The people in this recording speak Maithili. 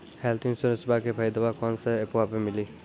हेल्थ इंश्योरेंसबा के फायदावा कौन से ऐपवा पे मिली?